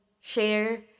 share